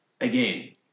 again